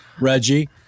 Reggie